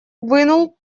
вынул